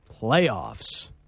playoffs